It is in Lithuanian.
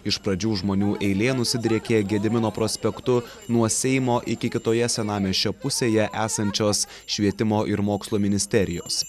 iš pradžių žmonių eilė nusidriekė gedimino prospektu nuo seimo iki kitoje senamiesčio pusėje esančios švietimo ir mokslo ministerijos